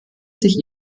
sich